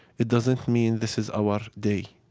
it doesn't mean this is our day.